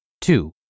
Two